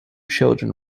children